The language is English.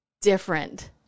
different